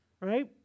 right